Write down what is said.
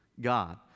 God